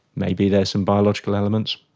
maybe there's some biological elements,